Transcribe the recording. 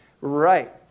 Right